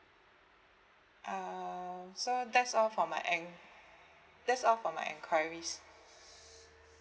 uh so that's all for my en~ that's all for my enquiries